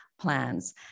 plans